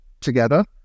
together